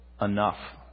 enough